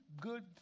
good